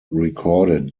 recorded